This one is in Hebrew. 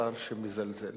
שר שמזלזל